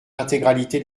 l’intégralité